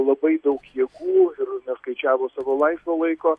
labai daug jėgų ir na skaičiavo savo laisvo laiko